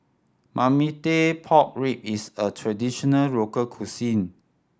marmite pork rib is a traditional local cuisine